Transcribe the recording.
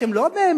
אתם לא באמת,